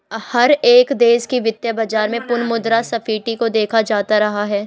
हर एक देश के वित्तीय बाजार में पुनः मुद्रा स्फीती को देखा जाता रहा है